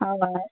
हवस्